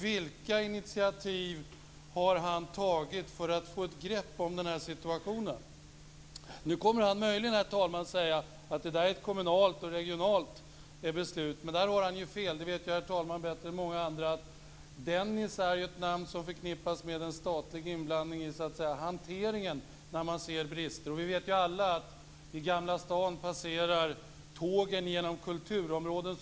Vilka initiativ har han tagit för att få ett grepp om situationen? Möjligen säger han att det är ett kommunalt och regionalt beslut men då har han fel. Herr talmannen vet bättre än många andra att Dennis är ett namn som förknippas med statlig inblandning i "hanteringen" där man ser brister. Vi vet alla att i Gamla stan passerar tågen genom kulturområden.